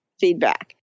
feedback